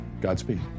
Godspeed